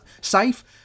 safe